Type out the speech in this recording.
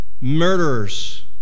murderers